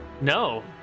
No